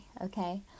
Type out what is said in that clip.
okay